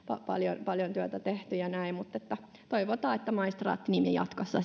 paljon paljon työtä tehty ja näin mutta toivotaan että maistraatti nimi jatkossa